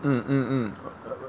mm mm mm